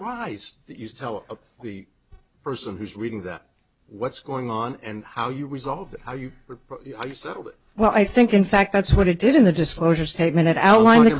cries you tell a person who's reading that what's going on and how you resolve how you were well i think in fact that's what it did in the disclosure statement outlining